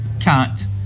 Cat